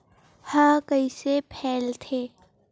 ह कइसे फैलथे?